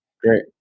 Great